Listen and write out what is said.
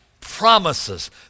promises